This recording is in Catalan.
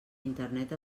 internet